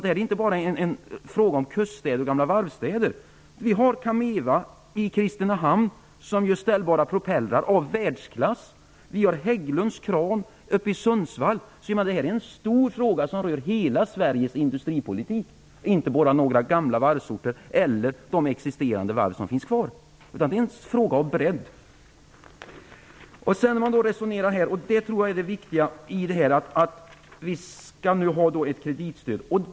Det är inte bara en fråga om kuststäder och gamla varvsstäder. Vi har Kamewa i Kristinehamn, som gör ställbara propellrar av världsklass. Vi har Hägglunds kran uppe i Örnsköldsvik. Det är en stor fråga som rör hela Sveriges industripolitik och inte bara några gamla varvsorter eller de existerande varven. Det är en fråga av bredd. Jag tror att det viktiga är att vi nu skall ge kreditstöd.